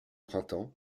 printemps